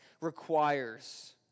requires